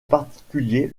particulier